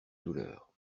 douleur